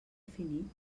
finit